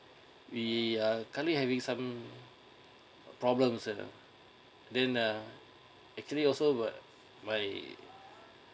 we are currently having some problems uh then uh actually also were by